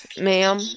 ma'am